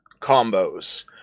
combos